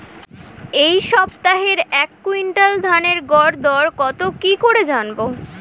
এই সপ্তাহের এক কুইন্টাল ধানের গর দর কত কি করে জানবো?